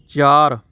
ਚਾਰ